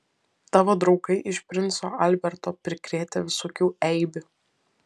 tavo draugai iš princo alberto prikrėtę visokių eibių